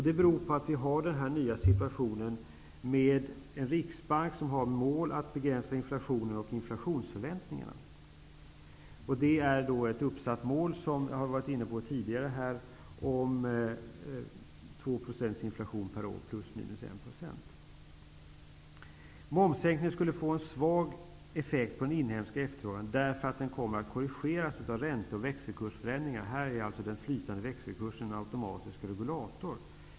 Det beror på att vi har den nya situationen med en riksbank som har som mål att begränsa inflationen och inflationsförväntningarna. Ett uppsatt mål, som jag har varit inne på tidigare, är 2 % inflation per år, plus minus 1 %. Momssänkningen skulle få en svag effekt på den inhemska efterfrågan, därför att den kommer att korrigeras av ränte och växelkursförändringar. Här är alltså den flytande växelkursen en automatisk regulator.